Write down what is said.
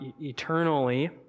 eternally